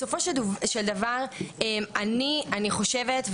בסופו של דבר אני חושבת,